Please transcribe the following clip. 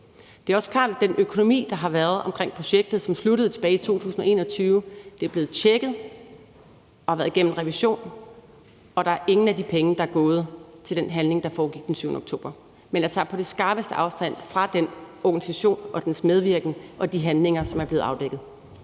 Det er også klart, at den økonomi, der har været omkring projektet, som startede tilbage i 2021, er blevet tjekket og har været igennem en revision, og ingen af de penge er gået til den handling, der foregik den 7. oktober. Men jeg tager på det skarpeste afstand fra den organisation og dens medvirken til de handlinger, som er blevet afdækket.